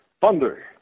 Thunder